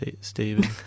Stephen